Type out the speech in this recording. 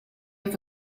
have